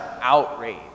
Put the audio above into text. outrage